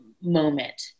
moment